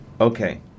Okay